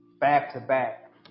back-to-back